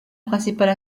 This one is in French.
principale